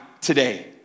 today